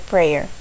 Prayer